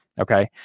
Okay